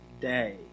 day